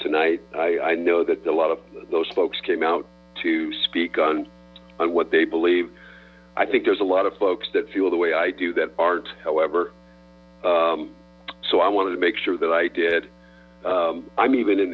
tonight i know that a lot of those folks came out to speak on what they believe i think there's a lot of folks that feel the way i do that art however so i wanted to make sure that i did i'm even in